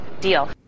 deal